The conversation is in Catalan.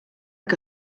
que